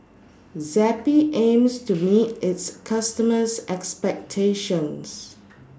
Zappy aims to meet its customers' expectations